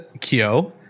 Kyo